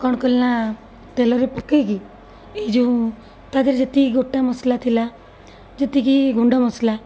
କ'ଣ କଲି ନା ତେଲରେ ପକାଇକି ଏଇ ଯେଉଁ ତା'ଦେହରେ ଯେତିକି ଗୋଟା ମସଲା ଥିଲା ଯେତିକି ଗୁଣ୍ଡମସଲା